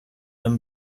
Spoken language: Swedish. den